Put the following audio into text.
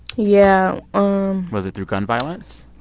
yeah um was it through gun violence?